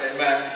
Amen